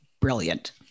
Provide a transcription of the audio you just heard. brilliant